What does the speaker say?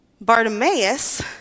Bartimaeus